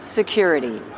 security